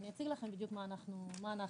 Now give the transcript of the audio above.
אני אציג לכם בדיוק מה אנחנו עושים.